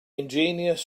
ingenious